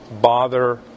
bother